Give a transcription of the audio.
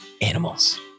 animals